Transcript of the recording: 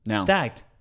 Stacked